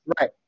Right